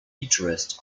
interest